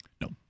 No